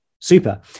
super